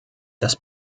das